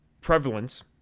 prevalence